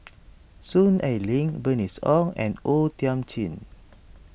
Soon Ai Ling Bernice Ong and O Thiam Chin